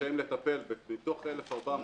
רשאים לתקן מתוך 1,400